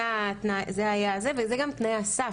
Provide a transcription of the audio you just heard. כך זה היה, ואלה גם תנאי הסף.